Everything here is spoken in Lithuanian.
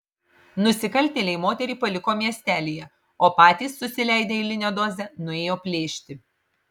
nusikaltėliai moterį paliko miestelyje o patys susileidę eilinę dozę nuėjo plėšti